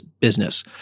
business